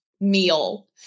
meal